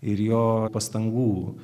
ir jo pastangų